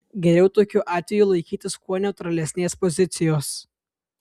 geriau tokiu atveju laikytis kuo neutralesnės pozicijos